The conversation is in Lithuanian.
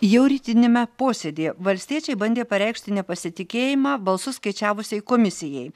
jau rytiniame posėdyje valstiečiai bandė pareikšti nepasitikėjimą balsus skaičiavusiai komisijai